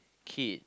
kid